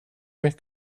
mycket